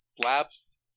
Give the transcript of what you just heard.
slaps